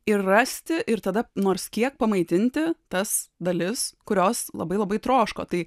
ir rasti ir tada nors kiek pamaitinti tas dalis kurios labai labai troško tai